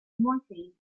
morphine